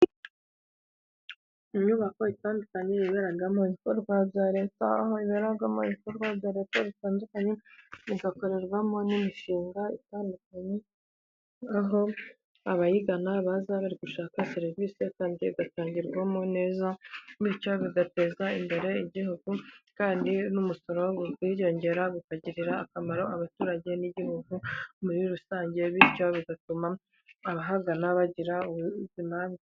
Inyubako itandukanye iberamo ibikorwa bya letaA aho iberamo ibikorwa bya leta bitandukanye bigakorerwamo n'imishinga itandukanye, aho abayigana bazaba bari gushaka serivisi kandi igatangirwamo neza bityo bigateza imbere igihugu kandi n'umusoro uriyongera bikagirira akamaro abaturage n'igihugu muri rusange bityo bigatuma abahagana bagira ubuzima bwiza.